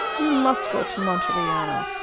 you must go to monteriano!